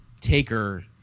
Taker